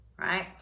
right